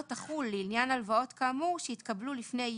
לא תחול לעניין הלוואות כאמור שהתקבלו לפני י'